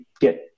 get